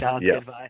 yes